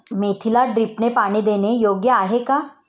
मेथीला ड्रिपने पाणी देणे योग्य आहे का?